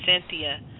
Cynthia